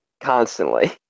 constantly